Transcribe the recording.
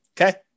Okay